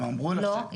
הם אמרו לך ש -- לא,